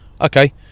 okay